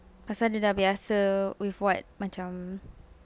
pasal dia dah biasa with what macam